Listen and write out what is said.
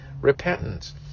repentance